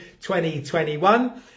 2021